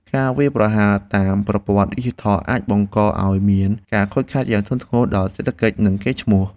ការវាយប្រហារតាមប្រព័ន្ធឌីជីថលអាចបង្កឱ្យមានការខូចខាតយ៉ាងធ្ងន់ធ្ងរដល់សេដ្ឋកិច្ចនិងកេរ្តិ៍ឈ្មោះ។